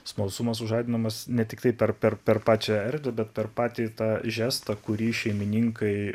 smalsumas sužadinamas ne tiktai per per per pačią erdvę bet per patį tą žestą kurį šeimininkai